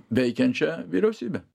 veikiančią vyriausybę